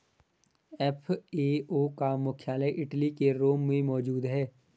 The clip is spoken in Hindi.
एफ.ए.ओ का मुख्यालय इटली के रोम में मौजूद है